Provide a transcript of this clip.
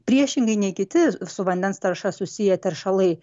priešingai nei kiti su vandens tarša susiję teršalai